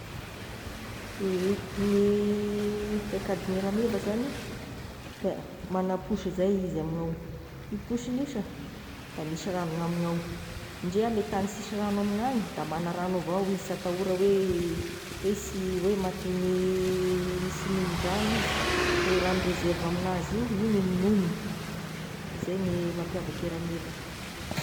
Ehe ny paikadin'ny rameva zagny, da magna poso zay izy amignao, io posin'io sha da misy ragno gn'amigny ao, ndreo amin'ny tagny sisy ragno amignany de magna ragno avao izy, sy atahora oe sy hoe sy- matin'ny sy mihignan-dragno izy, io ragno reserve amignazy io no hognominy, zay ny mampiavaky rameva.